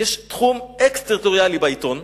תחום אקסטריטוריאלי בעיתון,